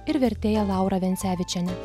ir vertėja laura vencevičiene